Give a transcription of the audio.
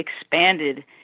expanded